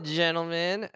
gentlemen